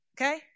Okay